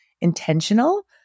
intentional